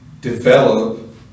develop